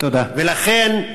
ולכן,